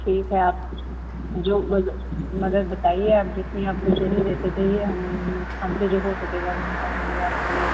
ठीक है आप जो मद मदद बताईए आप जितनी आपको चाहिए जैसे चाहिए हम हमसे जो हो सकेगा हम करेंगे आपके लिए